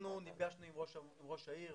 נפגשנו עם ראש העיר,